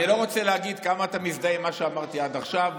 אני לא רוצה להגיד כמה אתה מזדהה עם מה שאמרתי עד עכשיו.